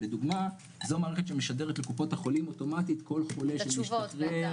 לדוגמה זו מערכת שמשדרת לקופות החולים אוטומטית כל חולה שמשתחרר,